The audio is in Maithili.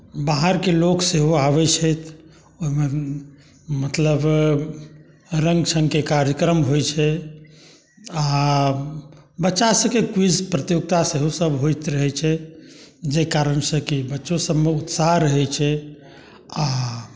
बाहरके लोक सेहो आबै छथि ओहिमे मतलब रङ्ग रङ्गके कार्यक्रम होइ छै आ बच्चा सभके क्विज प्रतियोगिता सेहो सभ होइत रहै छै जाहि कारणसँ कि बच्चो सभमे उत्साह रहै छै आ